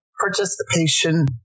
participation